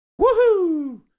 Woohoo